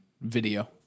video